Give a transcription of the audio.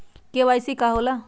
KYC का होला?